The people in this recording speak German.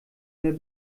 mir